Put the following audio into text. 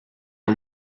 are